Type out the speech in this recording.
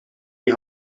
die